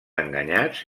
enganyats